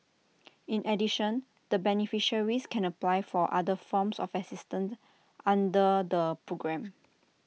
in addition the beneficiaries can apply for other forms of assistance under the programme